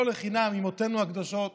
לא לחינם אימותינו הקדושות